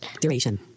Duration